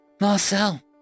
Marcel